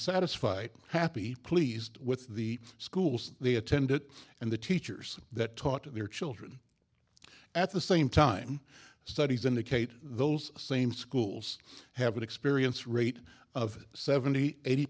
satisfied happy pleased with the schools they attended and the teachers that taught their children at the same time studies indicate those same schools have an experience rate of seventy eighty